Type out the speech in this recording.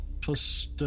plus